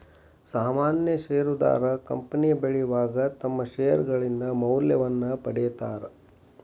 ಸಾಮಾನ್ಯ ಷೇರದಾರ ಕಂಪನಿ ಬೆಳಿವಾಗ ತಮ್ಮ್ ಷೇರ್ಗಳಿಂದ ಮೌಲ್ಯವನ್ನ ಪಡೇತಾರ